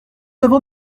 avons